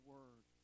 Word